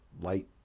light